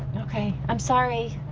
okay. i'm sorry.